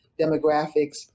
demographics